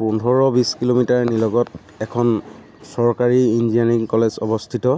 পোন্ধৰ বিছ কিলোমিটাৰ নিলগত এখন চৰকাৰী ইঞ্জিনিয়াৰিং কলেজ অৱস্থিত